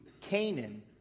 Canaan